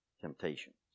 temptations